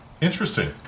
Interesting